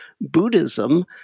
Buddhism